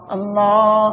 Allah